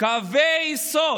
קווי יסוד.